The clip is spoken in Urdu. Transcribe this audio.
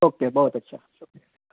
او کے بہت اچھا شکریہ